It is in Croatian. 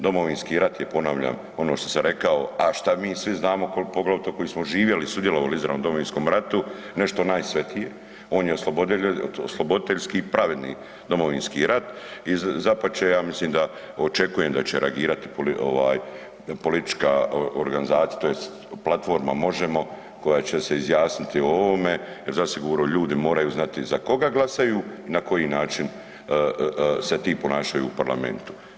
Domovinski rat je ponavljam, ono što sam rekao, a št mi svi znamo poglavito koji smo živjeli i sudjelovali izravno u Domovinskom ratu, nešto najsvetije, on je osloboditeljski i pravedni domovinski rat i dapače ja mislim da očekujem će reagirati ovaj politička organizacija tj. platforma Možemo koja će se izjasniti o ovome jer zasigurno ljudi moraju znati za koga glasaju i na koji način se ti ponašaju u parlamentu.